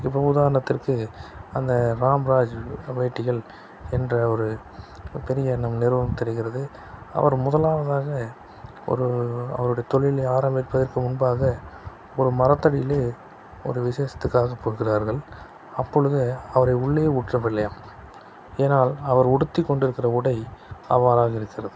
இப்போது உதாரணத்திற்கு அந்த ராம்ராஜ் வேட்டிகள் என்ற ஒரு ஒரு பெரிய நிறுவனம் தருகிறது அவர் முதலாவதாக ஒரு அவருடைய தொழிலை ஆரம்பிப்பதற்கு முன்பாக ஒரு மரத்தடியிலே ஒரு விசேஷத்துக்காக கொடுக்கிறார்கள் அப்பொழுது அவரை உள்ளே உற்றவில்லையாம் ஏனால் அவர் உடுத்தி கொண்டிருக்கிற உடை அவ்வாறாக இருக்கிறது